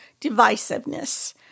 Divisiveness